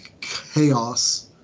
chaos